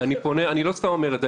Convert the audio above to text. אני לא סתם אומר את זה,